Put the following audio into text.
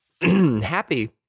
happy